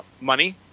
money